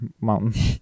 mountain